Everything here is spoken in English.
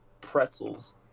pretzels